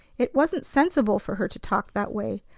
it wasn't sensible for her to talk that way.